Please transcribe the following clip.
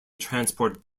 transport